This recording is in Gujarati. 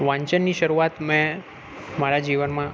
વાંચનની શરૂઆત મેં મારા જીવનમાં